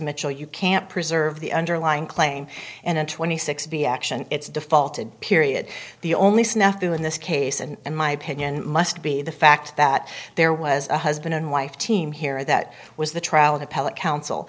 mitchell you can't preserve the underlying claim and a twenty six b action it's defaulted period the only snafu in this case and in my opinion must be the fact that there was a husband and wife team here that was the trial and appellate counsel